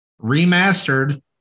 remastered